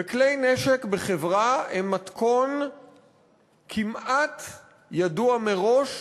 כלי נשק בחברה הם מתכון כמעט ידוע מראש